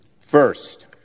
First